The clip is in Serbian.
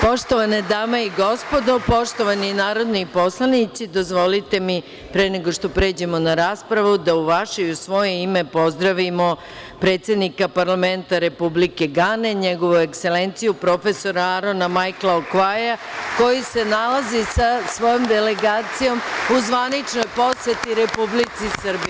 Poštovane dame i gospodo, poštovani narodni poslanici, dozvolite mi, pre nego što pređemo na raspravu, da u vaše i u svoje ime pozdravimo predsednika parlamenta Republike Gane NJegovu Ekselenciju Arona Majkla Okvaja, koji se nalazi sa svojom delegacijom u zvaničnoj poseti Republici Srbiji.